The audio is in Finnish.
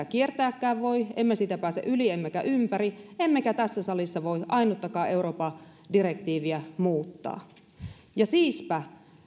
kiertääkään voi emme siitä pääse yli emmekä ympäri emmekä tässä salissa voi ainuttakaan euroopan unionin direktiiviä muuttaa siispä